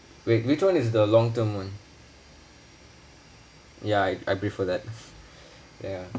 wait which one is the long term [one] ya I I prefer that ya